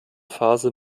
phase